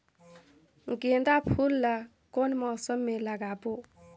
गेंदा फूल ल कौन मौसम मे लगाबो?